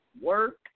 work